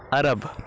Arab